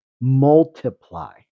multiply